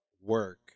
work